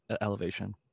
elevation